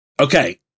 Okay